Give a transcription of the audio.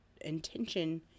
intention